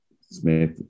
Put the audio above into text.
Smith